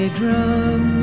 drum